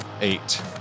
eight